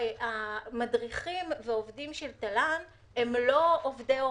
המדריכים ועובדי התל"ן הם לא עובדי הוראה.